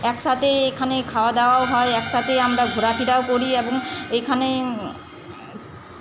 একসাথেই এখানে খাওয়া দাওয়াও হয় একসাথেই আমরা ঘোরাফেরাও করি এবং এইখানে